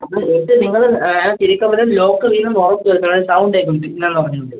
അപ്പോൾ എന്നിട്ട് നിങ്ങൾ തിരിക്കുമ്പഴും ലോക്ക് വീണെന്ന് ഉറപ്പ് വരുത്തണേ സൗണ്ട് കേൾക്കും നല്ല പണിയുണ്ട്